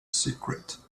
secret